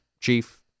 chief